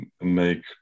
make